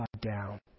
down